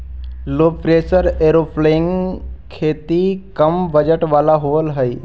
लो pressure aeroponic खेती कम budget वाला होव हई